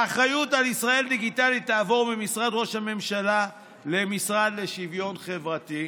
האחריות על ישראל דיגיטלית תעבור ממשרד ראש הממשלה למשרד לשוויון חברתי.